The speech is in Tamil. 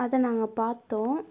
அதை நாங்கள் பார்த்தோம்